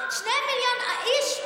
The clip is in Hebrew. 2 מיליון איש,